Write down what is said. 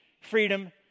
freedom